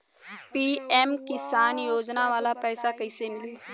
PM Kisan योजना वाला पैसा कईसे मिली?